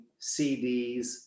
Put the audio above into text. CDs